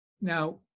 Now